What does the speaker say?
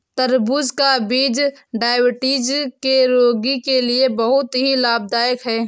तरबूज का बीज डायबिटीज के रोगी के लिए बहुत ही लाभदायक है